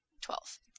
Twelve